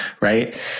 right